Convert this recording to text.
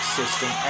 system